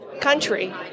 country